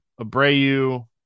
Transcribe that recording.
abreu